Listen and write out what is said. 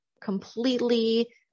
completely